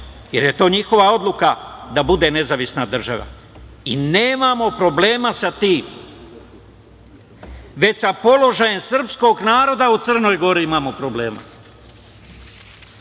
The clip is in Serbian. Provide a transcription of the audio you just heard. jer je to njihova odluka da bude nezavisna država. Nemamo problema sa tim, već sa položajem srpskog naroda u Crnoj Gori imamo problema. Đukanović